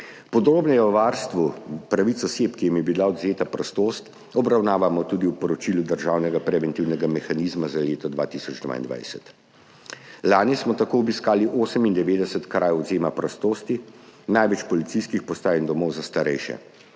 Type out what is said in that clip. Podrobneje varstvo pravic oseb, ki jim je bila odvzeta prostost, obravnavamo tudi v poročilu Državnega preventivnega mehanizma za leto 2022. Lani smo tako obiskali 98 krajev odvzema prostosti, največ policijskih postaj in domov za starejše.